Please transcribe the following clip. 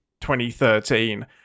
2013